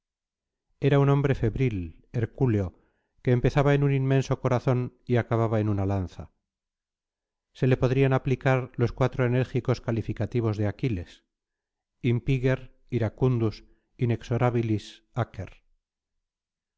era un hombre febril hercúleo que empezaba en un inmenso corazón y acababa en una lanza se le podrían aplicar los cuatro enérgicos calificativos de aquiles impiger iracundus inexorabilis